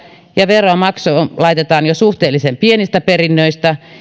ja veronmaksu laitetaan jo suhteellisen pienistä perinnöistä